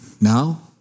Now